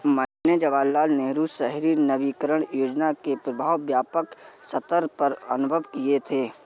मैंने जवाहरलाल नेहरू शहरी नवीनकरण योजना के प्रभाव व्यापक सत्तर पर अनुभव किये थे